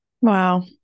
Wow